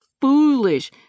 foolish